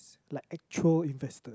it's like actual investors